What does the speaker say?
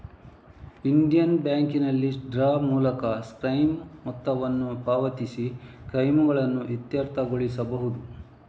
Indian ಬ್ಯಾಂಕಿನಲ್ಲಿ draw ಮೂಲಕ claim ಮೊತ್ತವನ್ನು ಪಾವತಿಸಿ ಕ್ಲೈಮುಗಳನ್ನು ಇತ್ಯರ್ಥಗೊಳಿಸಬಹುದು